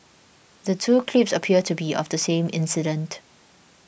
the two clips appear to be of the same incident